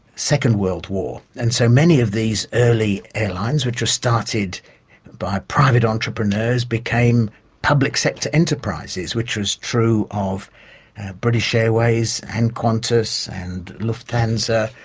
second world war. and so many of these early airlines which were started by private entrepreneurs became public sector enterprises, which was true of british airways and qantas and lufthansa,